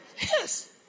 Yes